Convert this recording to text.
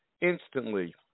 instantly